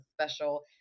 special